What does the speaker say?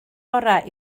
orau